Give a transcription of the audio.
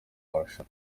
marushanwa